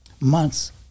months